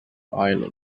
island